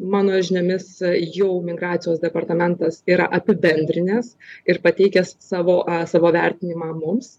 mano žiniomis jau migracijos departamentas yra apibendrinęs ir pateikęs savo savo vertinimą mums